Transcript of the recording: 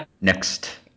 next